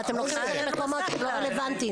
אבל אתם לוקחים את זה למקומות לא רלוונטיים.